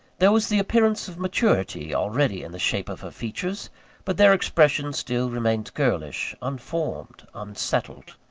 there was the appearance of maturity already in the shape of her features but their expression still remained girlish, unformed, unsettled.